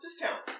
discount